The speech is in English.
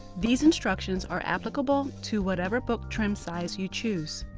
these instructions are applicable to whatever book trim size you choose.